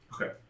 Okay